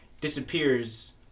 disappears